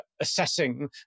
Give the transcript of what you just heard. assessing